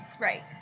Right